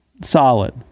Solid